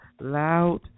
loud